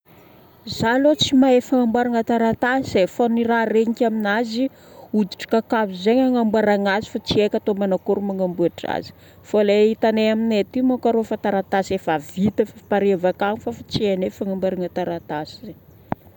Za aloha tsy mahay fagnamboaragna taratasy e. Fô ny raha regniko aminazy, hoditry kakazo zay agnamboaragna azy fa tsy haiko atao manakory magnamboatra azy. Fô lay hitanay aminay aty moko rô efa taratasy efa vita efa paré avy akagny fa efa tsy hainay fagnamboaragna taratasy zegny.